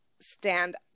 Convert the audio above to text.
stand